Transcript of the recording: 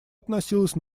относилось